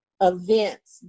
events